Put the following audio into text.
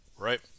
right